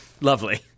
Lovely